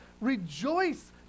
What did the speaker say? rejoice